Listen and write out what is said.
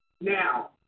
Now